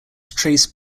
trace